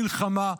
מלחמה",